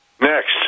Next